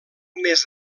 més